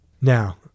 Now